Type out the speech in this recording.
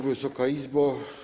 Wysoka Izbo!